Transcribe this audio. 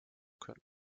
können